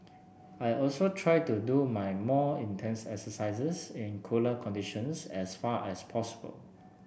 I also try to do my more intense exercises in cooler conditions as far as possible